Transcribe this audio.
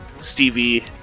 Stevie